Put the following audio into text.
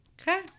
Okay